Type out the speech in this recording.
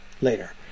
later